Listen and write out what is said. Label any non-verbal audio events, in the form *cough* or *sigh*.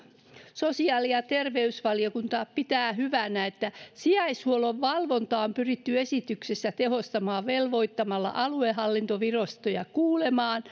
sosiaali ja terveysvaliokunta pitää hyvänä sitä että sijaishuollon valvontaa on pyritty esityksessä tehostamaan velvoittamalla aluehallintovirastoja kuulemaan *unintelligible*